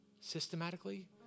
systematically